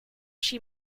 she